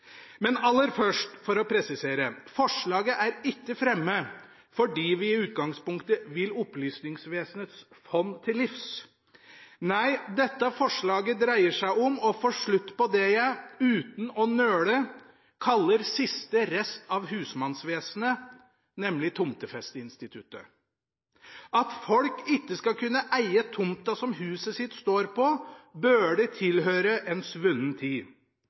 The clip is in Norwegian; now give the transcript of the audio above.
Men aller først, for å presisere: Forslaget er ikke fremmet fordi vi i utgangspunktet vil Opplysningsvesenets fond til livs. Nei, dette forslaget dreier seg om å få slutt på det jeg uten å nøle kaller siste rest av husmannsvesenet, nemlig tomtefesteinstituttet. At folk ikke skal kunne eie tomta som huset deres står på, burde tilhøre en svunnen tid.